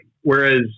whereas